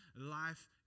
life